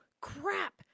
crap